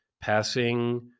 passing